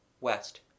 West